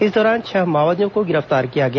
इस दौरान छह माओवादियों को गिरफ्तार किया गया